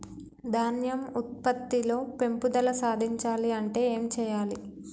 ధాన్యం ఉత్పత్తి లో పెంపుదల సాధించాలి అంటే ఏం చెయ్యాలి?